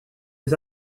aux